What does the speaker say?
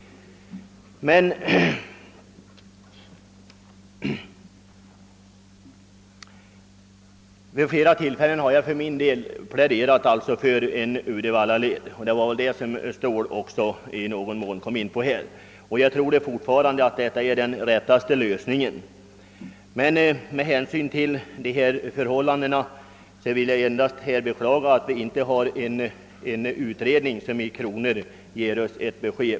Men vid flera tillfällen har jag för min del pläderat för en Uddevallaled, och det var väl en sådan som herr Ståhl nyss i någon mån också var inne på. Jag tror fortfarande att detta är den riktigaste lösningen. Men med hänsyn till rådande förhållanden vill jag endast beklaga att det inte finns en alternativ utredning som i kronor ger oss ett besked.